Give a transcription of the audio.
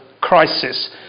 crisis